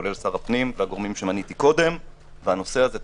כולל שר הפנים והגורמים שמניתי קודם - והנושא הזה תקוע.